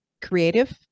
creative